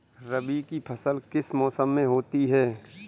रबी की फसल किस मौसम में होती है?